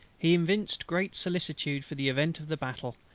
he evinced great solicitude for the event of the battle,